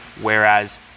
Whereas